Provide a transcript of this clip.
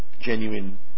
genuine